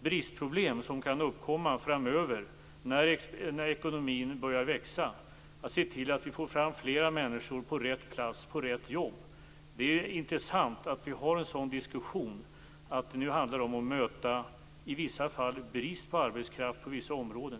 bristproblem som kan uppkomma framöver när ekonomin börjar växa. Vi måste se till att vi får fram fler människor på rätt plats och på rätt jobb. Det är intressant att vi har en sådan diskussion. Nu handlar det om att i vissa fall möta brist på arbetskraft på vissa områden.